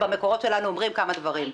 ובמקורות שלנו אומרים כמה דברים.